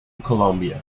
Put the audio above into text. colombia